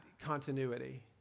continuity